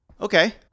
Okay